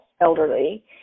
elderly